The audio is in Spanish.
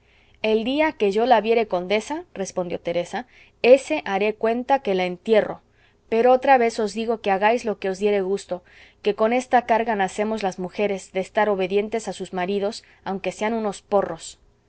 el día que yo la viere condesa respondió teresa ése haré cuenta que la entierro pero otra vez os digo que hagáis lo que os diere gusto que con esta carga nacemos las mujeres de estar obedientes a sus maridos aunque sean unos porros